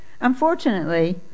Unfortunately